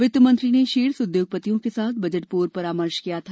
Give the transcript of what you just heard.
वित्तमंत्री ने शीर्ष उद्योगपतियों के साथ बजट पूर्व परामर्श किया था